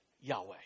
Yahweh